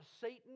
Satan